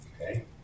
Okay